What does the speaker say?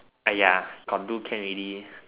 !aiya! got do can already